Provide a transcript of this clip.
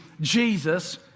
Jesus